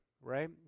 right